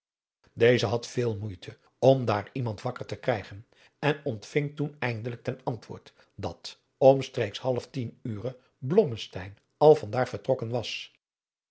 deze had veel moeite om daar iemand wakker te krijgen en ontving toen eindelijk ten antwoord dat omstreeks half tien ure blommesteyn al van daar vertrokken was